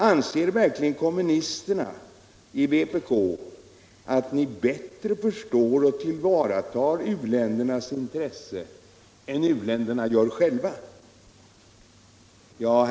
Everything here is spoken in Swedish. Anser ni verkligen i vpk att ni bättre förstår och tillvaratar u-ländernas intressen än de själva gör?